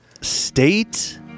State